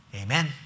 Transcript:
Amen